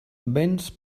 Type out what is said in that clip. vents